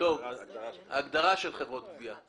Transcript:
ההגדרה "חברת גבייה"?